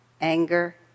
anger